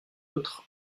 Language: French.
autre